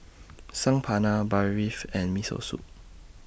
Saag Paneer Barfi and Miso Soup